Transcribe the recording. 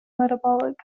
metabolic